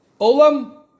Olam